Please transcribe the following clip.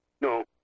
No